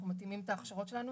אנחנו מתאימים את ההכשרות האלה